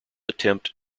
attempt